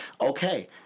Okay